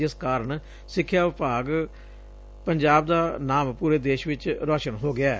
ਜਿਸ ਕਾਰਨ ਸਿੱਖਿਆ ਵਿਭਾਗ ਪੰਜਾਬ ਦਾ ਨਾਮ ਪੂਰੇ ਦੇਸ਼ ਭਰ ਵਿਚ ਰੋਸ਼ਨ ਹੋ ਗਿਐ